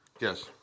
Yes